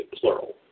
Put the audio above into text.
plural